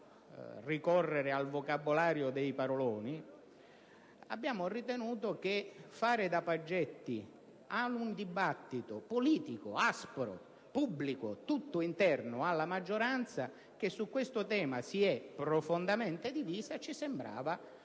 ricorrere al vocabolario dei paroloni, che fare da paggetti a un dibattito politico aspro, pubblico, tutto interno alla maggioranza, che su questo tema si è profondamente divisa, fosse